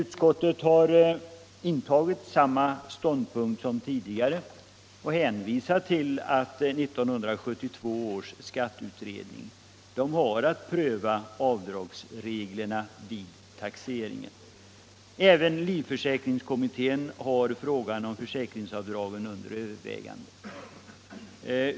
Utskottet har intagit samma ståndpunkt som tidigare och hänvisar till att 1972 års skatteutredning har att pröva avdragsreglerna vid taxeringen. Även livförsäkringskommittén har frågan om försäkringsavdragen under övervägande.